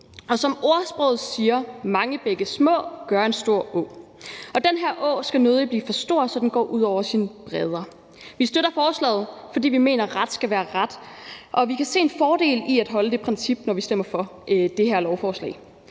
på. Som ordsproget siger: Mange bække små gør en stor å. Og den her å skal nødig blive for stor, så den går ud over sine bredder. Vi støtter forslaget, fordi vi mener, at ret skal være ret, og vi kan se en fordel i at holde det princip, når vi stemmer for det her lovforslag.